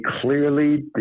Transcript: clearly